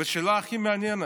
והשאלה הכי מעניינת,